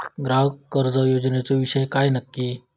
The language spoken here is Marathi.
ग्राहक कर्ज योजनेचो विषय काय नक्की?